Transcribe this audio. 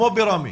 כמו בראמה.